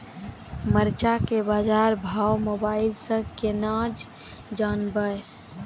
मरचा के बाजार भाव मोबाइल से कैनाज जान ब?